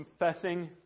confessing